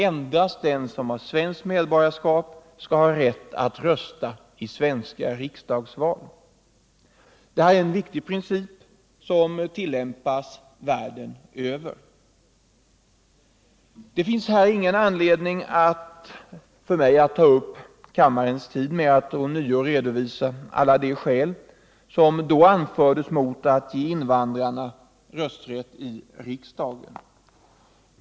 Endast den som har svenskt medborgarskap skall ha rätt att rösta i svenska riksdagsval. Detta är en viktig princip, som tillämpas världen över. Det finns här ingen anledning för mig att ta upp kammarens tid med att ånyo redovisa alla de skäl som då anfördes mot att ge invandrarna rösträtt i riksdagen.